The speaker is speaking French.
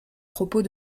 propos